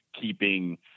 keeping